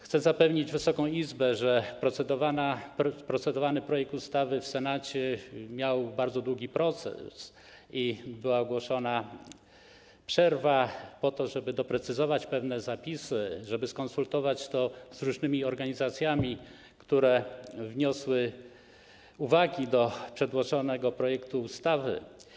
Chcę zapewnić Wysoką Izbę, że procedowanie nad projektem ustawy w Senacie było bardzo długim procesem, była ogłaszana przerwa po to, żeby doprecyzować pewne zapisy, żeby skonsultować je z różnymi organizacjami, które wniosły uwagi do przedłożonego projektu ustawy.